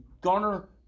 garner